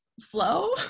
flow